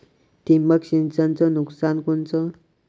ठिबक सिंचनचं नुकसान कोनचं?